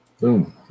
Boom